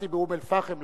כשביקרתי באום-אל-פחם,